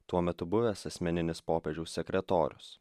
tuo metu buvęs asmeninis popiežiaus sekretorius